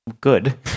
Good